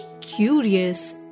curious